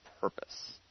purpose